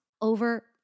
over